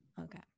Okay